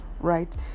right